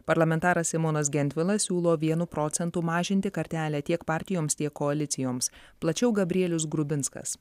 parlamentaras simonas gentvilas siūlo vienu procentu mažinti kartelę tiek partijoms tiek koalicijoms plačiau gabrielius grubinskas